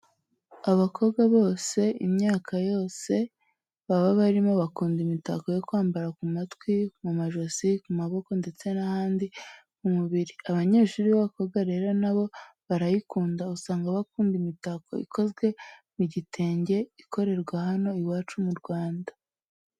Abakobwa bose imyaka yose baba barimo bakunda imitako yo kwambara ku matwi, mu majosi, ku maboko ndetse n'ahandi ku mubiri. Abanyeshuri b'abakobwa rero na bo barayikunda, usanga bakunda imitako ikozwe mu gitenge ikorerwa hano iwacu mu Rwanda.